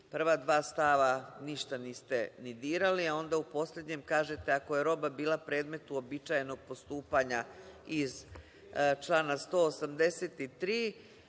203.Prva dva stava ništa niste ni dirali, a onda u poslednjem kažete – ako je roba bila predmet uobičajenog postupanja iz člana 183.